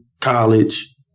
college